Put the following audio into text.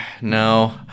No